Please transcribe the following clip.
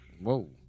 Whoa